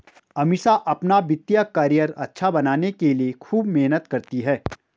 अमीषा अपना वित्तीय करियर अच्छा बनाने के लिए खूब मेहनत करती है